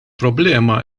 problema